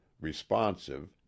responsive